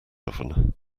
oven